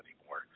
anymore